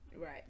right